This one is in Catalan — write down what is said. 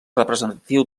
representatiu